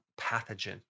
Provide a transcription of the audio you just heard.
pathogen